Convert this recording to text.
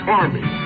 army